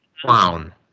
clown